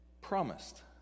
promised